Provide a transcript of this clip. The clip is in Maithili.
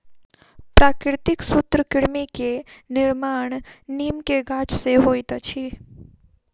प्राकृतिक सूत्रकृमि के निर्माण नीम के गाछ से होइत अछि